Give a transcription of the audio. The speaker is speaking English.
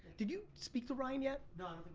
did you speak to ryan yet? no,